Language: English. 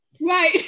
Right